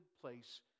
place